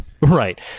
Right